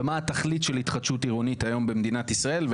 ומה התכלית של התחדשות היום במדינת ישראל.